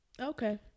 Okay